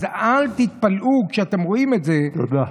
אז אל תתפלאו כשאתם רואים את זה, תודה.